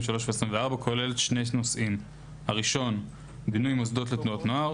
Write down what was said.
ו-2024 כוללת שני נושאים: הראשון -בינוי מוסדות לתנועות נוער,